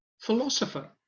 philosopher